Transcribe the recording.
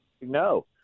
No